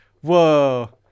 whoa